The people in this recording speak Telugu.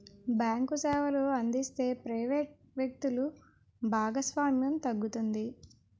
బ్యాంకు సేవలు అందిస్తే ప్రైవేట్ వ్యక్తులు భాగస్వామ్యం తగ్గుతుంది